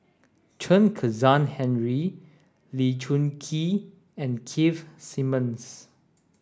Chen Kezhan Henri Lee Choon Kee and Keith Simmons